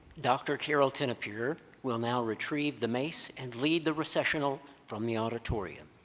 dr. carlton appear will now retrieve the mace and lead the recessional from the auditorium.